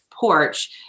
porch